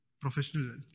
professional